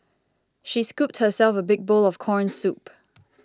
she scooped herself a big bowl of Corn Soup